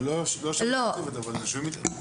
זה לא --- אבל אנחנו יושבים איתם.